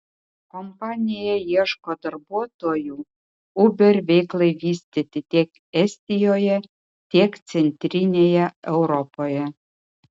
kompanija ieško darbuotojų uber veiklai vystyti tiek estijoje tiek centrinėje europoje